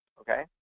okay